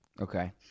Okay